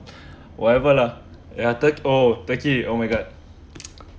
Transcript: whatever lah ya tur~ oh turkey oh my god